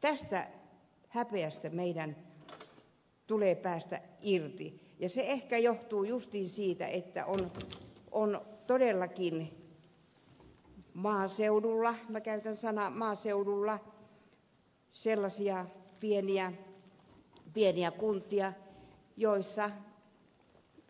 tästä häpeästä meidän tulee päästä irti ja se ehkä johtuu juuri siitä että on todellakin maaseudulla minä käytän sanaa maaseutu sellaisia pieniä kuntia joissa